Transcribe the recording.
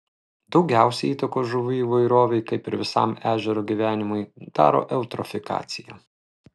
daugiausiai įtakos žuvų įvairovei kaip ir visam ežero gyvenimui daro eutrofikacija